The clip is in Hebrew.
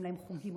עושים להם חוגים,